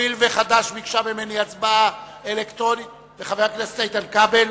הואיל וחד"ש וחבר הכנסת איתן כבל